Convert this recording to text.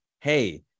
hey